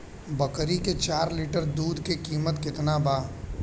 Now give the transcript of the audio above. बकरी के चार लीटर दुध के किमत केतना बा?